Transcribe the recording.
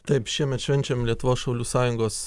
taip šiemet švenčiam lietuvos šaulių sąjungos